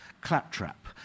claptrap